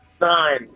Nine